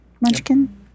Munchkin